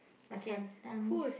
but sometimes